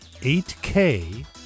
8K